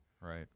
Right